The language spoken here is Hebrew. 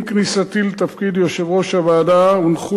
עם כניסתי לתפקיד יושב-ראש הוועדה הונחו